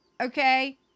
Okay